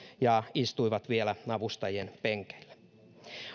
ja istuivat vielä avustajien penkeille